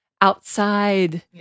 outside